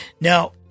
Now